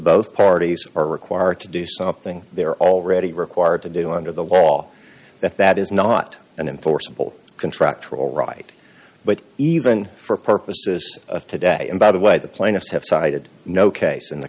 both parties are required to do something they're already required to do under the law that that is not an enforceable contract or all right but even for purposes of today and by the way the plaintiffs have cited no case in the